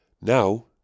Now